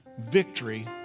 victory